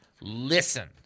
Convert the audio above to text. listen